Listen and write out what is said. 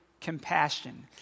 compassion